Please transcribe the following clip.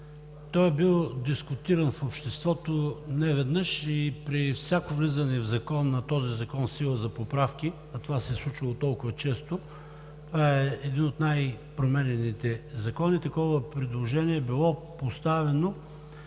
Той е бил дискутиран в обществото неведнъж и при всяко влизане на този закон за поправки, а това се е случвало толкова често, това е един от най-променливите закони, такова предложение е било поставяно.